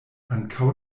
ankaŭ